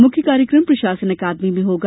मुख्य कार्यक्रम प्रशासन अकादमी में होगा